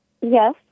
Yes